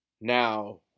Now